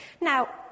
Now